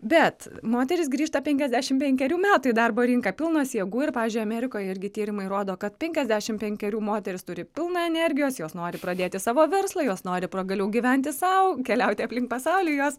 bet moterys grįžta penkiasdešim penkerių metų į darbo rinką pilnos jėgų ir pavyzdžiui amerikoje irgi tyrimai rodo kad penkiasdešim penkerių moterys turi pilną energijos jos nori pradėti savo verslą jos nori pagaliau gyventi sau keliauti aplink pasaulį jos